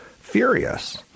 furious